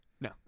No